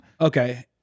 Okay